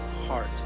heart